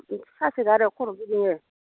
सिनस्रि सासो गारो खर' गिदिङो